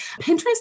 Pinterest